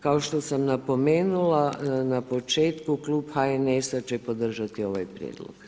Kao što sam napomenula na početku, Klub HNS-a će podržati ovaj Prijedlog.